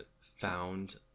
found